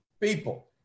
People